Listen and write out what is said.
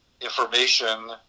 information